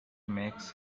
makes